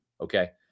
okay